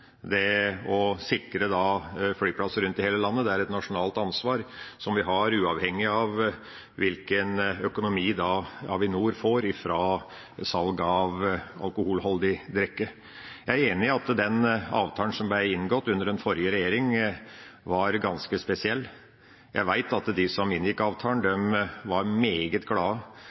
det å sikre flyplasser rundt i hele landet er et nasjonalt ansvar som vi har uavhengig av hvilken økonomi Avinor får fra salg av alkoholholdig drikke. Jeg er enig i at den avtalen som ble inngått under den forrige regjeringa, var ganske spesiell. Jeg vet at de som inngikk avtalen, var meget glad